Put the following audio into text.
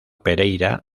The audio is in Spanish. pereira